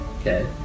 okay